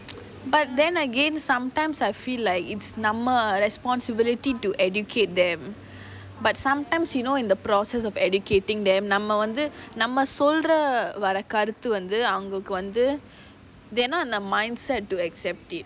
but then again sometimes I feel like it's நம்ம:namma responsibility to educate them but sometimes you know in the process of educating them நம்ம வைத்து நம்ம சொல்ல வர கருத்து வந்து அவர்களுக்கு வந்து:namma vathu namma solla vara karuthu vanthu avagaluku vanthu they are not in the mindset to accept it